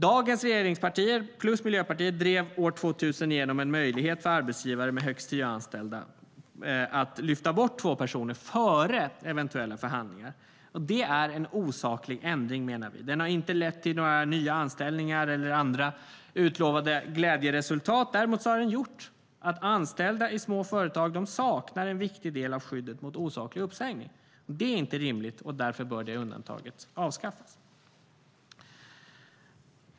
Dagens regeringspartier plus Miljöpartiet drev år 2000 igenom en möjlighet för arbetsgivare med högst tio anställda att lyfta bort två personer före eventuella förhandlingar. Det är en osaklig ändring, menar vi. Den har inte lett till några nya anställningar eller andra utlovade glädjeresultat. Däremot har den gjort att anställda i små företag saknar en viktig del av skyddet mot osaklig uppsägning. Det är inte rimligt. Därför bör det undantaget avskaffas.